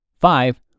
five